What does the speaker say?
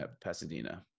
Pasadena